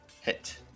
Hit